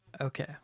Okay